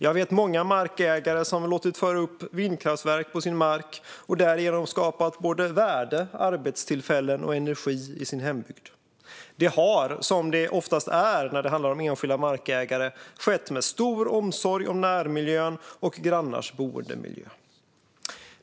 Jag vet många markägare som låtit föra upp vindkraftverk på sin mark och därigenom skapat både värde, arbetstillfällen och energi i sin hembygd. Det har, som oftast när det handlar om enskilda markägare, skett med stor omsorg för närmiljön och grannars boendemiljö.